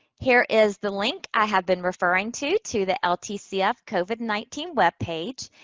here is the link i have been referring to to the ltcf covid nineteen webpage.